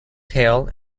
tail